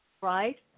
right